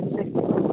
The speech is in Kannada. ಹಾಂ ಸರಿ